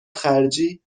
خرجی